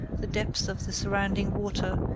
the depth of the surrounding water,